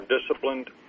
disciplined